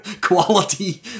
quality